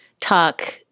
talk